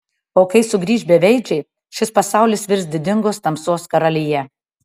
o kai sugrįš beveidžiai šis pasaulis virs didingos tamsos karalija